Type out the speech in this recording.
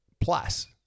plus